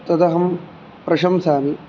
तदहं प्रशंसामि